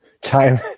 time